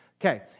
Okay